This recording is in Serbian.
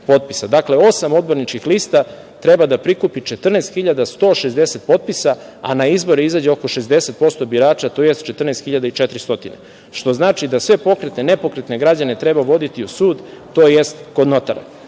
Dakle, osam odborničkih lista treba da prikupi 14.160 potpisa, a na izbore izađe oko 60% birača, tj. 14.400, što znači da sve pokretne i nepokretne građane treba voditi u sud tj. kod notara. Zakonom